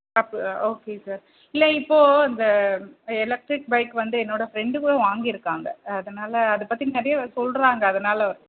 app okay sir இல்லை இப்போது இந்த எலக்ட்ரிக் பைக் வந்து என்னோடய ஃப்ரெண்டுகளும் வாங்கியிருக்காங்க அதனாலே அதை பற்றி நிறையா சொல்லுறாங்க அதனால்